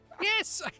Yes